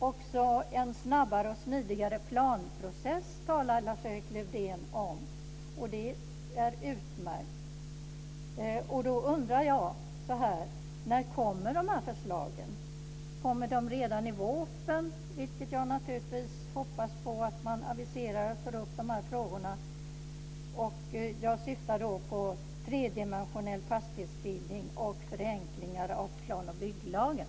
Också en snabbare och smidigare planprocess talar Lars-Erik Lövdén om, och det är utmärkt. Då undrar jag så här: När kommer de här förslagen? Kommer de redan i vårpropositionen, vilket jag naturligtvis hoppas på? Jag syftar då på tredimensionell fastighetsbildning och förenklingar av plan och bygglagen.